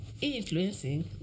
influencing